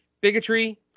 bigotry